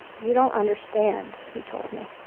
you don't understand, he told me